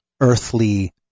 Earthly